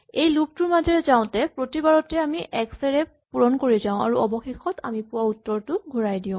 এই লুপ টোৰ মাজেৰে যাওঁতে প্ৰতিবাৰতে আমি এটা এক্স ৰে পূৰণ কৰি যাও আৰু অৱশেষত আমি পোৱা উত্তৰটো ঘূৰাই দিয়ো